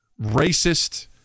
racist